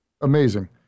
amazing